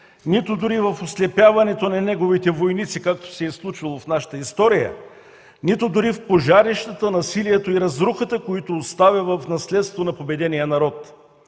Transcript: нито дори в ослепяването на неговите войници, както се е случвало в нашата история, нито дори в пожарищата, насилието и разрухата, които остави в наследство на победения народ.